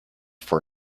for